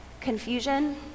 Confusion